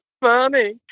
funny